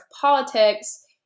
politics